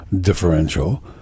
differential